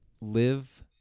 live